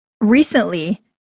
recently